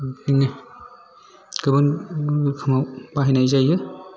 बिदिनो गोबां रोखोमाव बाहायनाय जायो